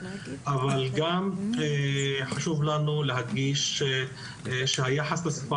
אבל חשוב לנו להדגיש גם שהיחס לשפה